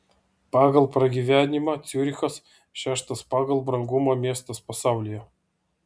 pagal pragyvenimą ciurichas šeštas pagal brangumą miestas pasaulyje